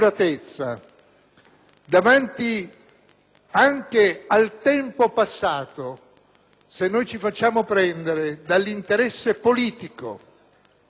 davanti anche al tempo passato noi ci facciamo prendere dall'interesse politico e di parte